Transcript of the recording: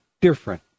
different